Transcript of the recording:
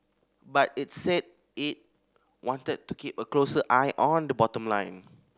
but it's said it wanted to keep a closer eye on the bottom line